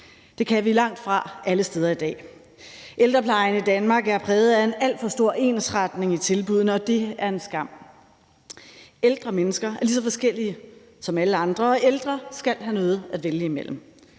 Det kan vi langtfra alle steder i dag. Ældreplejen i Danmark er præget af en alt for stor ensretning i tilbuddene, og det er en skam. Ældre mennesker er lige så forskellige som alle andre, og ældre skal have noget at vælge imellem.